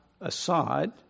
aside